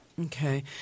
Okay